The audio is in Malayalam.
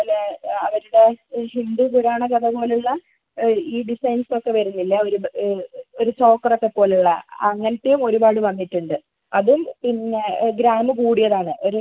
അവരുടെ ഹിന്ദു പുരാണ കഥ പോലെയുള്ള ഈ ഡിസൈൻസ് ഒക്കെ വരുന്നില്ലേ അവർ ഒരു ചോക്കർ ഒക്കെ പോലെയുള്ള അങ്ങനത്തെയും ഒരുപാട് വന്നിട്ടുണ്ട് അതും പിന്നെ ഗ്രാം കൂടിയതാണ് ഒരു